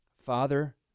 Father